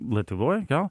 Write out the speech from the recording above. lietuvoj jo